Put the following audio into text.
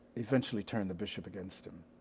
eventually turned the bishop against him.